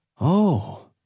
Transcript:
Oh